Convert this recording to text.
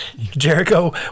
Jericho